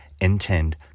Intend